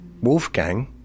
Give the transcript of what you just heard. Wolfgang